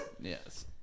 Yes